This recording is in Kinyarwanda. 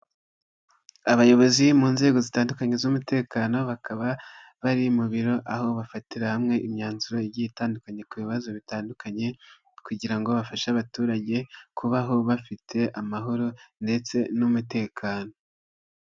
Abayobozi mu nzego zitandukanye z'umutekano bakaba bari mu biro, aho bafatira hamwe imyanzuro igiye itandukanye ku bibazo bitandukanye kugira ngo bafashe abaturage kubaho bafite amahoro ndetse n'umutekano.